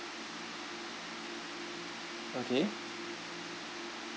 okay